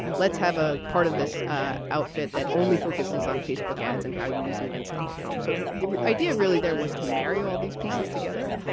let's have a part of this ah outfit that only focuses on facebook ads and how you use them against donald trump. so the idea really there was to marry all these pieces together.